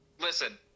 listen